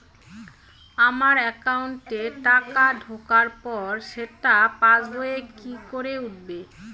আমার একাউন্টে টাকা ঢোকার পর সেটা পাসবইয়ে কি করে উঠবে?